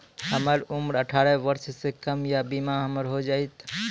हमर उम्र अठारह वर्ष से कम या बीमा हमर हो जायत?